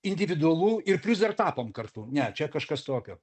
individualu ir plius dar tapom kartu ne čia kažkas tokio